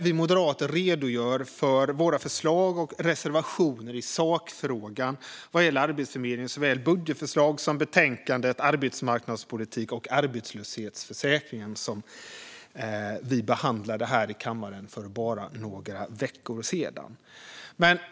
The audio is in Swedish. Vi moderater redogör för våra förslag och reservationer i sakfrågan vad gäller Arbetsförmedlingen i såväl budgetförslag som betänkandet Arbetsmarknadspolitik och arbetslöshetsförsäkringen , som vi behandlade här i kammaren för bara några veckor sedan. Fru talman!